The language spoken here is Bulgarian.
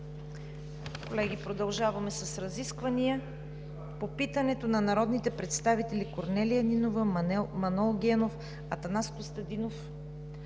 Колеги, продължаваме с разисквания по питането на народните представители Корнелия Нинова, Манол Генов, Атанас Костадинов,